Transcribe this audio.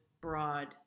broad